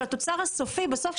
של התוצר הסופי בסוף,